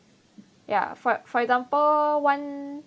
ya for for example one